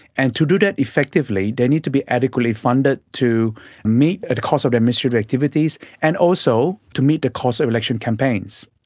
and to do that effectively they need to be adequately funded to meet the cost of their ministerial activities, and also to meet the cost of election campaigns.